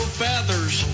feathers